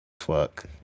fuck